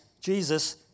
Jesus